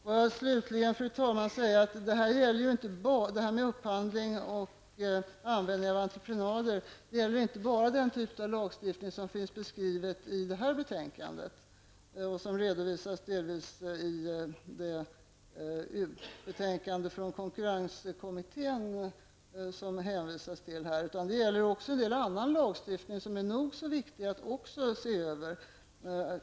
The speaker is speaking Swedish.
Låt mig slutligen, fru talman, säga att vad jag sagt om upphandling och användning av entreprenader inte bara gäller den typ av lagstiftning som finns beskriven i det här betänkandet och som delvis redovisas i det betänkande från konkurrenskommittén som det här hänvisas till, utan det gäller också en del annan lagstiftning som är nog så viktig att också se över.